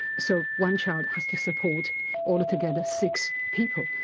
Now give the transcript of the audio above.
so one child has to support altogether six people.